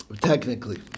technically